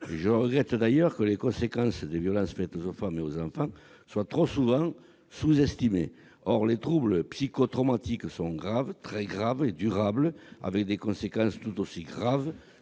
Je regrette d'ailleurs que les conséquences des violences faites aux femmes et aux enfants soient trop souvent sous-estimées. Les troubles psychotraumatiques sont pourtant graves, très graves, fréquents, avec des conséquences durables